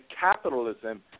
capitalism